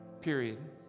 period